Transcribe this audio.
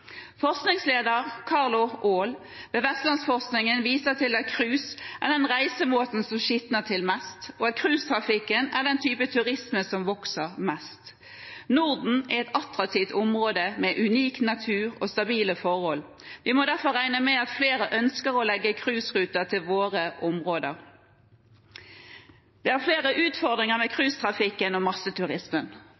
Forskningsleder Carlo Aall ved Vestlandsforskning viser til at cruise er den reisemåten som skitner til mest, og at cruisetrafikken er den type turisme som vokser mest. Norden er et attraktivt område med unik natur og stabile forhold. Vi må derfor regne med at flere ønsker å legge cruiseruter til våre områder. Det er flere utfordringer med